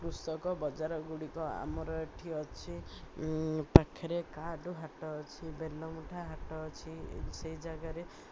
କୃଷକ ବଜାରଗୁଡ଼ିକ ଆମର ଏଠି ଅଛି ପାଖରେ କାଠୁ ହାଟ ଅଛି ବେଲ ମୁୁଠା ହାଟ ଅଛି ସେଇ ଜାଗାରେ